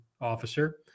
officer